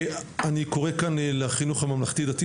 אני קורא כאן לחינוך הממלכתי-דתי,